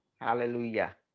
Hallelujah